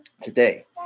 today